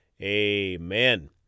Amen